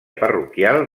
parroquial